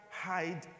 hide